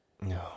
No